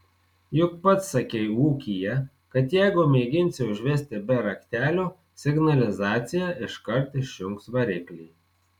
juk pats sakei ūkyje kad jeigu mėginsi užvesti be raktelio signalizacija iškart išjungs variklį